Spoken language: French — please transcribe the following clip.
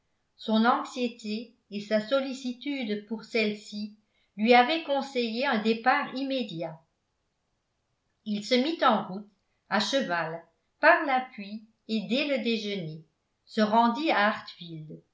son anxiété et sa sollicitude pour celle-ci lui avait conseillé un départ immédiat il se mit en route à cheval par la pluie et dès le déjeuner se rendit à